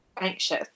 anxious